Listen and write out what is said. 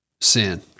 sin